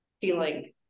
feeling